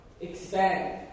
expand